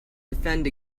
defend